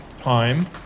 time